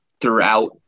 throughout